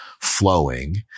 flowing